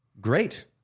great